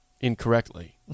incorrectly